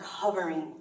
covering